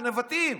לנבטים.